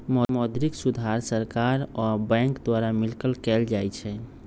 मौद्रिक सुधार सरकार आ बैंक द्वारा मिलकऽ कएल जाइ छइ